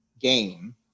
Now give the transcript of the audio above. game